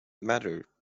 matter